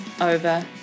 over